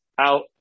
out